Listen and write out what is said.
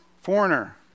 foreigner